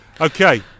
Okay